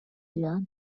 der